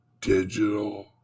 digital